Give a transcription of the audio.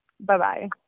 Bye-bye